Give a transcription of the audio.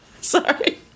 Sorry